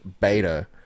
beta